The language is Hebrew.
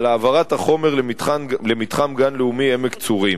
על העברת החומר למתחם גן לאומי עמק-צורים.